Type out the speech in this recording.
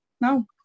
No